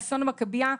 באסון המכביה,